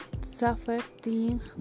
suffering